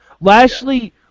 Lashley